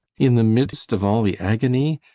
in the midst of all the agony,